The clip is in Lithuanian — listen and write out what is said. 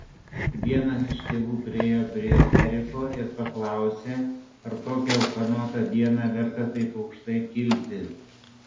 vienas iš tėvų priėjo prie eriko ir paklausė ar tokią ūkanotą dieną verta taip aukštai kilti